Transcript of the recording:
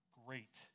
great